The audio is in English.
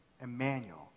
Emmanuel